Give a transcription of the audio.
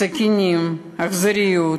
סכינים, אכזריות,